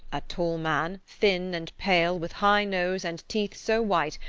a tall man, thin and pale, with high nose and teeth so white,